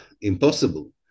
impossible